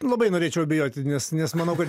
labai norėčiau abejoti nes nes manau kad